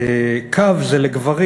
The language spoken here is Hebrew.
קו זה לגברים,